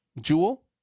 jewel